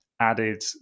added